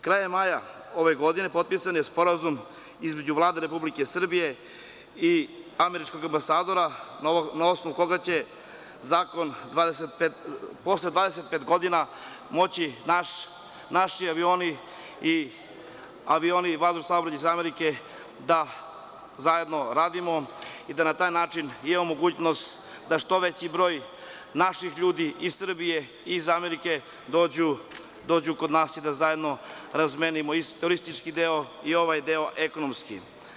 Krajem maja ove godine, potpisan je Sporazum između Vlade Republike Srbije i američkog ambasadora na osnovu koga će zakon posle 25 godina moći naši avioni i avioni vazdušnog saobraćaja iz Amerike da zajedno radimo i da na taj način imamo mogućnost da što veći broj naših ljudi iz Srbije i iz Amerike dođu kod nas i da zajedno razmenimo i turistički deo i ovaj deo ekonomski.